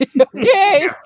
okay